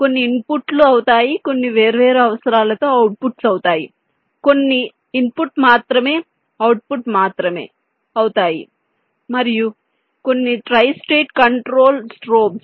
కొన్ని ఇన్పుట్స్ అవుతాయి కొన్ని వేర్వేరు అవసరాలతో అవుట్పుట్స్ అవుతాయి కొన్ని ఇన్పుట్ మాత్రమే అవుట్పుట్ మాత్రమే అవుతాయి మరియు కొన్ని ట్రై స్టేట్ కంట్రోల్ స్ట్రోబ్స్